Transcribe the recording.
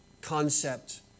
concept